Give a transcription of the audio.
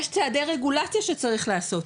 יש צעדי רגולציה שצריך לעשות,